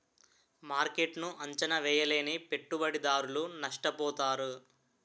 మార్కెట్ను అంచనా వేయలేని పెట్టుబడిదారులు నష్టపోతారు